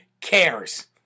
cares